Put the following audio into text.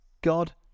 God